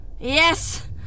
Yes